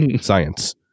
Science